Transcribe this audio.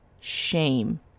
shame